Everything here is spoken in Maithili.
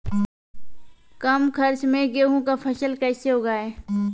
कम खर्च मे गेहूँ का फसल कैसे उगाएं?